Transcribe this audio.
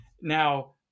Now